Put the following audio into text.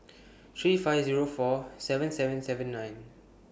three five Zero four seven seven seven nine